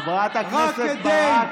חברת הכנסת ברק,